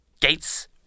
Gates